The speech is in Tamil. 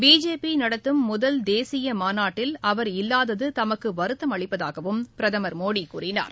பிஜேபி நடத்தும் முதல் தேசிய மாநாட்டில் அவர் இல்லாதது தமக்கு வருத்தம் அளிப்பதாகவும் பிரதமர் மோடி கூறினார்